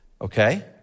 okay